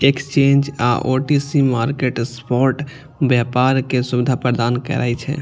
exchange आ OTC market spot व्यापार के सुविधा प्रदान करै छै